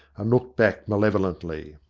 and looked back malevolently.